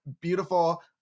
beautiful